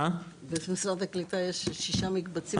במשרד הקליטה יש שישה מקבצים בחיפה.